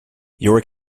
york